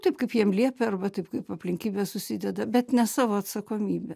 taip kaip jiemsliepia arba taip kaip aplinkybės susideda bet ne savo atsakomybę